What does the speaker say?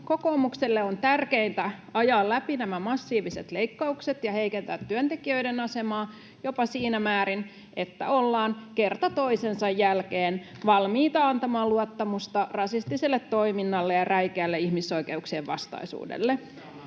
Kokoomukselle on tärkeintä ajaa läpi nämä massiiviset leikkaukset ja heikentää työntekijöiden asemaa jopa siinä määrin, että ollaan kerta toisensa jälkeen valmiita antamaan luottamusta rasistiselle toiminnalle ja räikeälle ihmisoikeuksien vastaisuudelle. [Ben